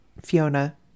Fiona